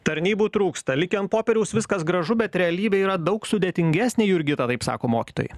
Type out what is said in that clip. tarnybų trūksta lyg ant popieriaus viskas gražu bet realybė yra daug sudėtingesnė jurgita taip sako mokytojai